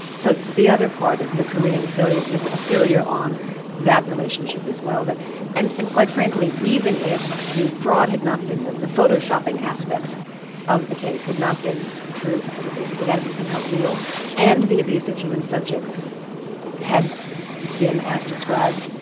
so the other part of the korean failure was a failure on that relationship as well. and and quite frankly even if the fraud had not been the the photo-shopping aspect of the case had not been true, if that had been somehow real and the abuse of human subjects had been as described,